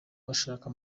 bashaka